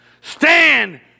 Stand